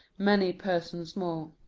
many persons more,